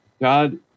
God